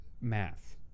Math